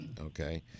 okay